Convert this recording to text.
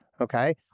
okay